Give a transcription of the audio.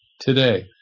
today